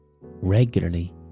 regularly